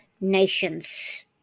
nations